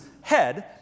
head